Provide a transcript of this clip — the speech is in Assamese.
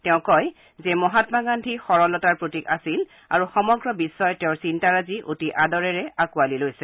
তেওঁ কয় যে মহায়া গান্ধী সৰলতাৰ প্ৰতীক আছিল আৰু সমগ্ৰ বিগ্বই তেওঁৰ চিন্তাৰাজি অতি আদৰেৰে আকোঁৱালি লৈছে